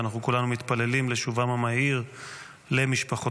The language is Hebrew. ואנחנו כולנו מתפללים לשובם המהיר למשפחותיהם.